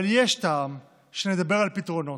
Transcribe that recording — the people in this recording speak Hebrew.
אבל יש טעם שנדבר על פתרונות.